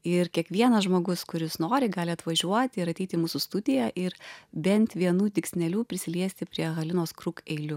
ir kiekvienas žmogus kuris nori gali atvažiuot ir ateit į mūsų studiją ir bent vienu dygsneliu prisiliesti prie halinos krug